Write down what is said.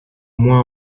moins